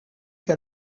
qu’à